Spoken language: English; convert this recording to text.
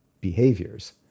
behaviors